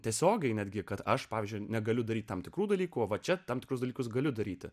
tiesiogiai netgi kad aš pavyzdžiui negaliu daryti tam tikrų dalykų o va čia tam tikrus dalykus galiu daryti